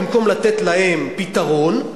במקום לתת להם פתרון,